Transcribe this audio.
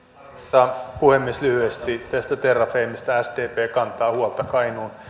arvoisa puhemies lyhyesti tästä terrafamesta sdp kantaa huolta kainuun